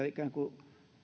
ikään kuin